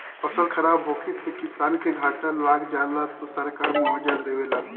फसल खराब होखे से किसान के घाटा लाग जाला त सरकार मुआबजा देवेला